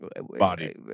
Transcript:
body